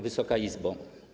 Wysoka Izbo!